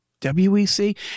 WEC